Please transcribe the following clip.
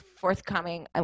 forthcoming